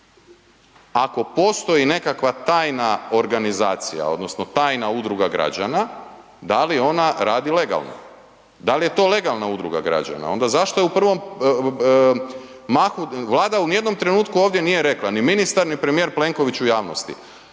ako postoji nekakva tajna organizacija odnosno tajna udruga građana, da li ona radi legalno? Dal je to legalna udruga građana? Onda zašto je u prvom mahu, Vlada ni u jednom trenutku ovdje nije rekla, ni ministar, ni premijer Plenković u javnosti,